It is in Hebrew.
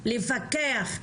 לפקח,